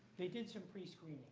they did some pre-screening.